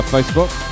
Facebook